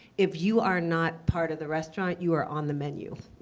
if you are not part of the restaurant, you are on the menu.